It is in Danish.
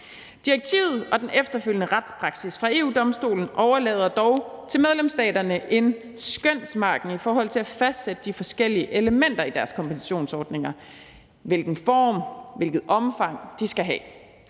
Direktivet og den efterfølgende retspraksis fra EU-Domstolen overlader dog til medlemsstaterne en skønsmargen i forhold til at fastsætte de forskellige elementer i deres kompensationsordninger, altså hvilken form og hvilket omfang de skal have.